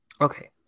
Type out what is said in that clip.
Okay